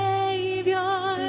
Savior